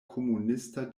komunista